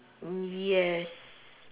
yes